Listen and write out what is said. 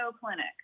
Clinic